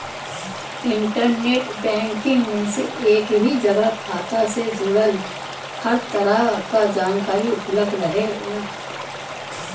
internet banking में एक ही जगह खाता से जुड़ल हर तरह क जानकारी उपलब्ध रहेला